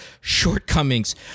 shortcomings